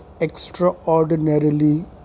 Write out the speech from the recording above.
extraordinarily